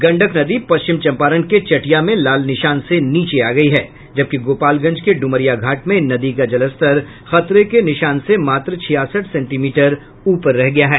गंडक नदी पश्मिच चंपारण के चटिया में लाल निशान से नीचे आ गयी है जबकि गोपालगंज के ड्रमरियाघाट में नदी का जलस्तर खतरे के निशान से मात्र छियासठ सेंटीमीटर ऊपर रह गया है